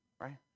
right